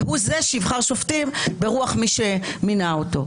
כשהוא זה שיבחר שופטים ברוח מי שמינה אותו.